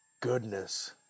goodness